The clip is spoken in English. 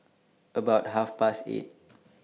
about Half Past eight